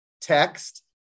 text